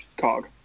Cog